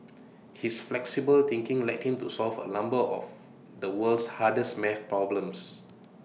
his flexible thinking led him to solve A number of the world's hardest math problems